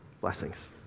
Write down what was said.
Blessings